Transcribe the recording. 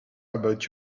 about